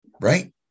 right